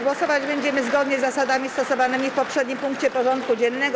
Głosować będziemy zgodnie z zasadami stosowanymi w poprzednim punkcie porządku dziennego.